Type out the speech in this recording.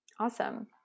Awesome